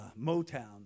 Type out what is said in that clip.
Motown